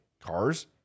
cars